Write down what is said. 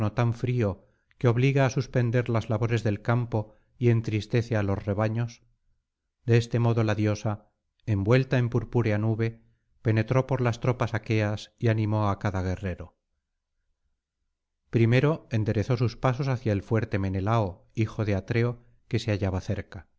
tan frío que obliga á suspender las labores del campo y entristece á los rebaños de este modo la diosa envuelta en purpúrea nube penetró por las tropas aqueas y animó á cada guerrero primero enderezó sus pasos hacia el fuerte menelao hijo de atreo que se hallaba cerca